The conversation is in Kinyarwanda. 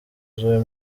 z’uyu